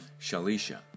Shalisha